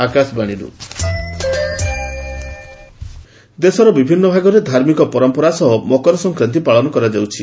ମକର ସଂକ୍ରାନ୍ତି ଦେଶର ବିଭିନ୍ନ ଭାଗରେ ଧାର୍ମିକ ପରମ୍ପରା ସହ ମକର ସଂକ୍ରାନ୍ତି ପାଳନ କରାଯାଉଛି